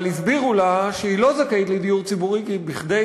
אבל הסבירו לה שהיא לא זכאית לדיור ציבורי כי כדי